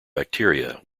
bacteria